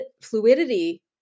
fluidity